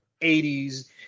80s